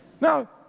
Now